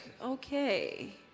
okay